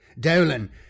Dolan